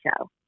show